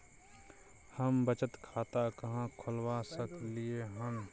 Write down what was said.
हम बचत खाता कहाॅं खोलवा सकलिये हन?